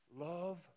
love